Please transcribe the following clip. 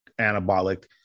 anabolic